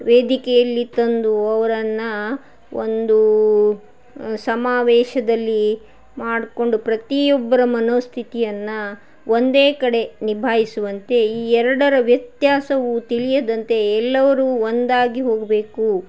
ವೇದಿಕೆಯಲ್ಲಿ ತಂದು ಅವರನ್ನ ಒಂದು ಸಮಾವೇಶದಲ್ಲಿ ಮಾಡಿಕೊಂಡು ಪ್ರತಿಯೊಬ್ಬರ ಮನೋಸ್ಥಿತಿಯನ್ನು ಒಂದೇ ಕಡೆ ನಿಭಾಯಿಸುವಂತೆ ಈ ಎರಡರ ವ್ಯತ್ಯಾಸವೂ ತಿಳಿಯದಂತೆ ಎಲ್ಲರೂ ಒಂದಾಗಿ ಹೋಗಬೇಕು